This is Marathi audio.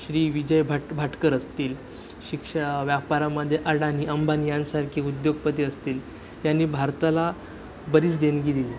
श्री विजय भाट भाटकर असतील शिक्ष व्यापारामध्ये अडानी अंबानी यांसारखे उद्योगपती असतील यांनी भारताला बरीच देणगी दिली